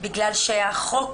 בגלל שהחוק